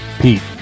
pete